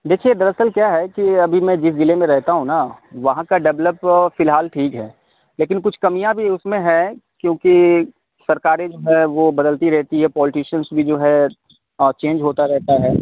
دیکھیے دراصل کیا ہے کہ ابھی میں جس ضلع میں رہتا ہوں نا وہاں کا ڈیولپ فی الحال ٹھیک ہے لیکن کچھ کمیاں بھی اس میں ہے کیونکہ سرکاریں جو ہے وہ بدلتی رہتی ہے پوالٹیشنس بھی جو ہے چینج ہوتا رہتا ہے